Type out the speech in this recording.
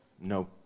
no